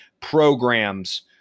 programs